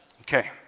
Okay